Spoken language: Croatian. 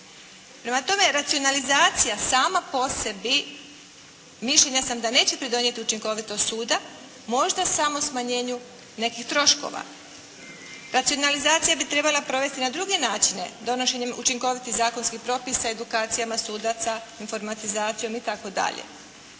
Prema tome racionalizacija sama po sebi, mišljenja sam da nećete donijeti učinkovitost suda. Možda samo smanjenju nekih troškova. Racionalizacija bi se trebala provesti na druge načine. Donošenjem učinkovitih zakonskih propisa, edukacijama sudaca, informatizacijom itd.